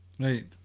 Right